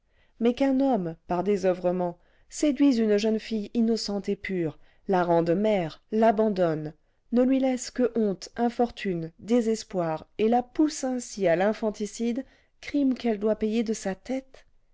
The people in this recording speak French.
mais qu'un homme par désoeuvrement séduise une jeune fille innocente et pure la rende mère l'abandonne ne lui laisse que honte infortune désespoir et la pousse ainsi à l'infanticide crime qu'elle doit payer de sa tête